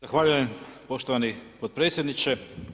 Zahvaljujem poštovani potpredsjedniče.